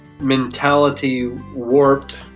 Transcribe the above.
mentality-warped